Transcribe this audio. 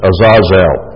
Azazel